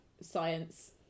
science